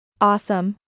Awesome